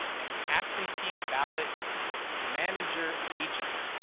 an absentee ballot manager agent.